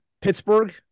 Pittsburgh